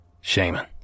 shaman